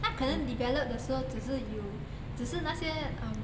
他可能 develop 的时候只是有只是那些 um